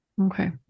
Okay